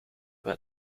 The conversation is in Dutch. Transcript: wel